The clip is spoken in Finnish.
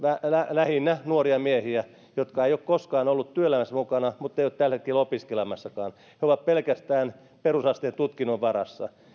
lähinnä nuoria miehiä jotka eivät ole koskaan olleet työelämässä mukana mutta eivät ole tällä hetkellä opiskelemassakaan he ovat pelkästään perusasteen tutkinnon varassa